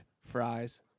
fries